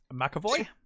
mcavoy